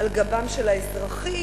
על גבם של האזרחים.